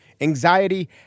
Anxiety